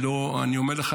אני אומר לך,